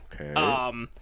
Okay